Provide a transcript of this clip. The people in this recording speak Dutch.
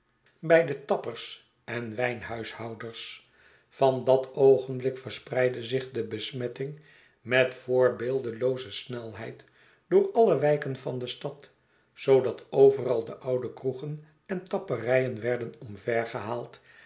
bij de tappers en wijnhuishouders van dat oogenblik verspreidde zich de besmetting met voorbeeldelooze snelheid door alle wijken der stad zoodat overal de oude kroegen en tapperijen werden omvergehaald